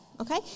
okay